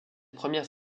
premières